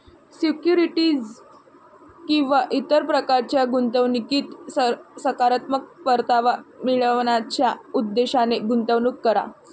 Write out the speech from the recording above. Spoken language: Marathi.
सिक्युरिटीज किंवा इतर प्रकारच्या गुंतवणुकीत सकारात्मक परतावा मिळवण्याच्या उद्देशाने गुंतवणूक करा